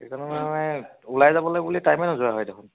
সেইকাৰণে মানে ওলাই যাবলৈ বুলি টাইমে নোযোৰা হয় দেখোন